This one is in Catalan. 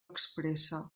expressa